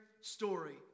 story